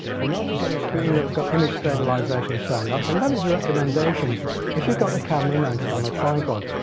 you notice on the screen that have got image stabilization turned off and that is a recommendation if you've got the camera mounted on a tripod.